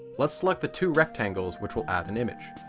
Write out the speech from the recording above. let's select the two rectangles which will add an image.